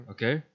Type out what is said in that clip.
Okay